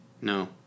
No